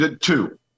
Two